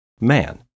man